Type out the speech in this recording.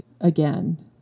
again